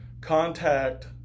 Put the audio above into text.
Contact